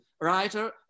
writer